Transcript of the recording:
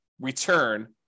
return